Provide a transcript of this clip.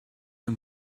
him